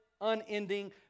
unending